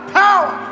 power